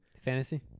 Fantasy